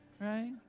Right